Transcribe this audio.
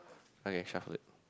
okay sure